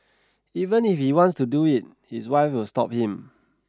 even if he wants to do it his wife will stop him